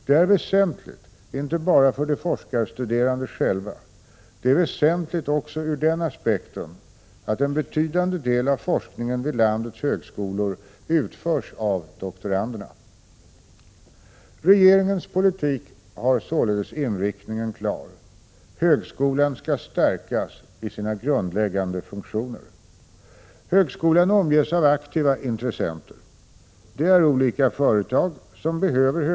Det är väsentligt också ur den aspekten att en betydande del av forskningen vid landets högskolor utförs av doktoranderna. Regeringens politik har således inriktningen klar: högskolan skall stärkas i sina grundläggande funktioner. Högskolan omges av aktiva intressenter. Det är olika företag, som behöver = Prot.